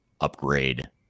upgrade